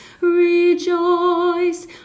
Rejoice